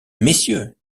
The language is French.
messieurs